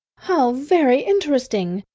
how very interesting!